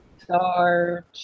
Star